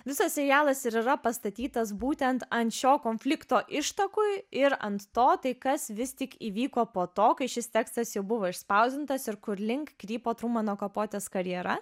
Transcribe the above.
visas serialas ir yra pastatytas būtent ant šio konflikto ištakų ir ant to tai kas vis tik įvyko po to kai šis tekstas jau buvo išspausdintas ir kur link krypo trumano kopotės karjera